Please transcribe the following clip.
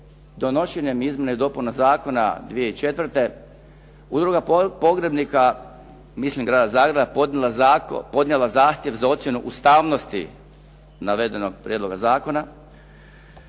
donošenjem izmjena i dopuna zakona 2004. Udruga pogrebnika mislim grada Zagreba podnijela zahtjev za ocjenu ustavnosti navedenog prijedloga zakona,